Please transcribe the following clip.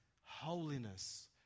holiness